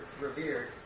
revered